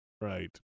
right